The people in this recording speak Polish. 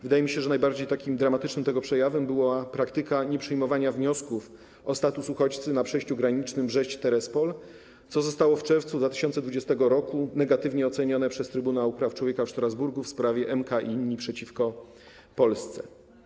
Wydaje mi się, że takim najbardziej dramatycznym tego przejawem była praktyka nieprzyjmowania wniosków o status uchodźcy na przejściu granicznym Brześć - Terespol, co zostało w czerwcu 2020 r. negatywnie ocenione przez Europejski Trybunał Praw Człowieka w Strasburgu w sprawie M.K. i inni przeciwko Polsce.